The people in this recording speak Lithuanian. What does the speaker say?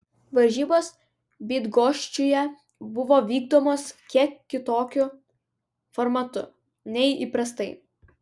varžybos bydgoščiuje buvo vykdomos kiek kitokiu formatu nei įprastai